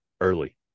early